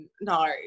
no